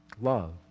Love